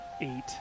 eight